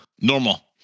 Normal